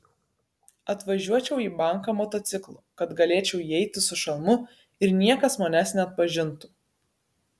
atvažiuočiau į banką motociklu kad galėčiau įeiti su šalmu ir niekas manęs neatpažintų